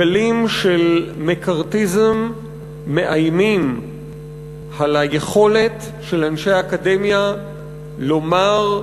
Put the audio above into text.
גלים של מקארתיזם מאיימים על היכולת של אנשים אקדמיה לומר,